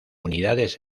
unidades